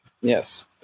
Yes